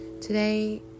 Today